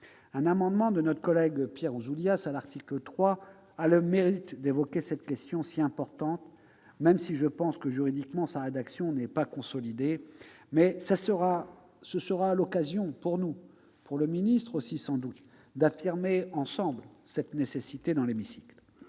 Un amendement de notre collègue Pierre Ouzoulias sur l'article 3 a le mérite d'évoquer cette question si importante, même si je pense que, juridiquement, sa rédaction n'est pas consolidée. Ce sera l'occasion pour nous, et pour le ministre aussi sans doute, d'affirmer, ensemble, cette nécessité. Le